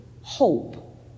hope